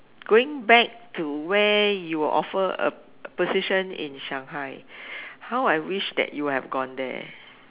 going back to where you were offer a position in Shanghai how I wish that you would have gone there